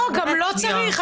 גם לא צריך.